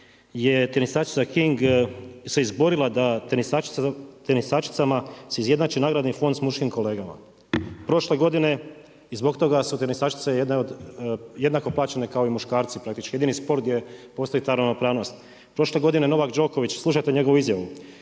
je tenisačica King se izborila da se tenisačicama izjednači nagradni fond s muškim kolegama. Prošle godine i zbog toga su tenisačice jednako plaćene kao i muškarci, jedini sport gdje postoji ta ravnopravnost. Prošle godine Novak Đoković, slušajte njegovu izjavu